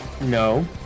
No